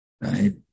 Right